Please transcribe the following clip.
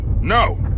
No